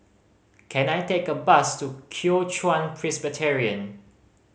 can I take a bus to Kuo Chuan Presbyterian